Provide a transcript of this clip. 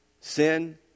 sin